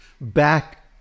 back